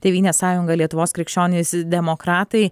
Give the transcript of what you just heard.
tėvynės sąjunga lietuvos krikščionys demokratai